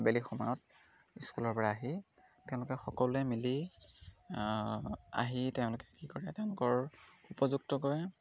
বেলেগ সময়ত স্কুলৰ পৰা আহি তেওঁলোকে সকলোৱে মিলি আহি তেওঁলোকে কি কৰে তেওঁলোকৰ উপযুক্তকৈ